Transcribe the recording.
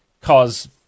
cause